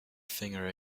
finger